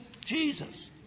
Jesus